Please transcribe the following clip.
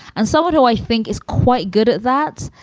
and so what do i think is quite good at that,